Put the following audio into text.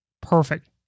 Perfect